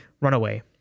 Runaway